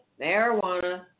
Marijuana